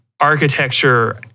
architecture